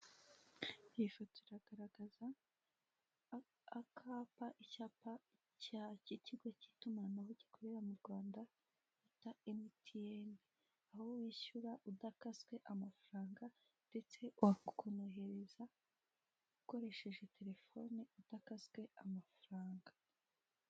Iyi foto iragaragaza akapa, icyapa cya..., cy'ikigo cy'itumanaho gukorera mu Rwanda bita MTN. Aho wishyura udakaswe amafaranga, ndetse ukanohereza ukoresheje telefone, udakaswe amafaranga.